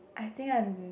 I think I'm